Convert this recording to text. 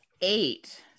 eight